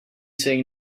saying